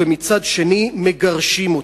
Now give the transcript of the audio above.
ומצד שני מגרשים אותם.